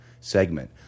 segment